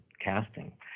casting